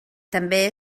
també